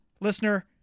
listener